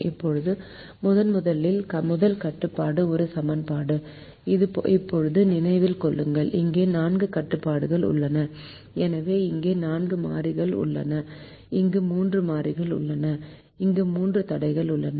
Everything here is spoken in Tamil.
இப்போது முதன்முதலில் முதல் கட்டுப்பாடு ஒரு சமன்பாடு இப்போது நினைவில் கொள்ளுங்கள் இங்கே 4 கட்டுப்பாடுகள் உள்ளன எனவே இங்கே 4 மாறிகள் உள்ளன இங்கு 3 மாறிகள் உள்ளன இங்கு 3 தடைகள் உள்ளன